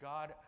God